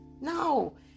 No